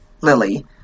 Lily